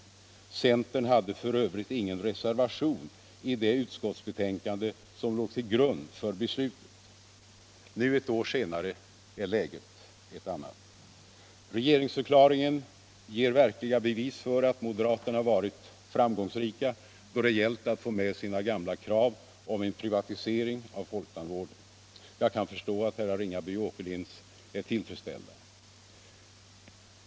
Centern hade f. ö. ingen reservation i det utskottsbetänkande som låg till grund för beslutet. Nu, ett år senare, är läget ett annat. Regeringsförklaringen ger verkliga bevis för att moderaterna varit framgångsrika då det gällt att få med sina gamla krav om en privatisering av folktandvården. Jag kan förstå att herrar Ringaby och Åkerlind är tillfredsställda.